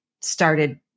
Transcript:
started